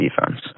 defense